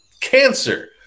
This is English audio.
cancer